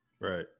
Right